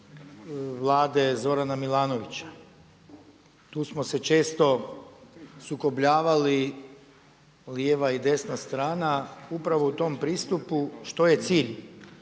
vlade Zorana Milanovića, tu smo se često sukobljavali lijeva i desna strana upravo u tom pristupu što je cilj.